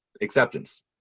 acceptance